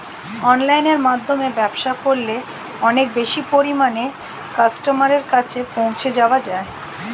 অনলাইনের মাধ্যমে ব্যবসা করলে অনেক বেশি পরিমাণে কাস্টমারের কাছে পৌঁছে যাওয়া যায়?